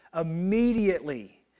immediately